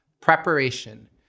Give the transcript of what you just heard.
preparation